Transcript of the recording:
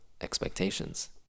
expectations